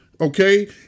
Okay